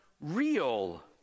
real